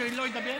שאני לא אדבר?